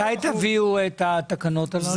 מתי תביאו את התקנות הללו?